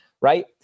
right